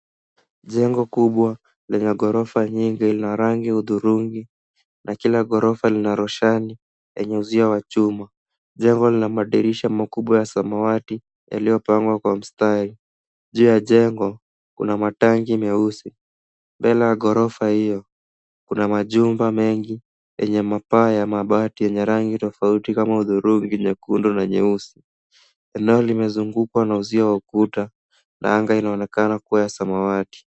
Jengo kubwa lenye ghorofa nyingi, lina rangi ya hudhurungi na kila ghorofa lina roshani yenye uzio wa chuma. Jengo lina dirisha makubwa ya samawati yaliyopangwa kwa mstari. Juu ya jengo kuna matangi meusi, mbele ya ghorofa hiyo, kuna majumba mengi, yenye mapaa ya mabati yenye rangi tofauti kama hudhurungi, nyekundu na nyeusi. Eneo limezungukwa na uzio wa ukuta, na anga inaonekana kuwa ya samawati.